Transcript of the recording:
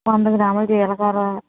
వంద గ్రాములు జీలకర్ర